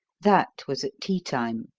that was at tea-time.